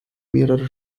mehrere